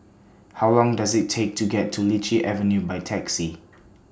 How Long Does IT Take to get to Lichi Avenue By Taxi